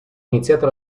iniziato